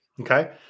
okay